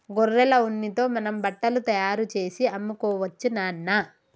గొర్రెల ఉన్నితో మనం బట్టలు తయారుచేసి అమ్ముకోవచ్చు నాన్న